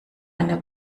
eine